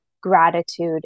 Gratitude